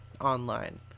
online